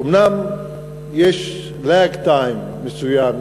אומנם יש lag time"" מסוים,